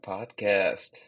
Podcast